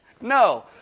no